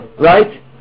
right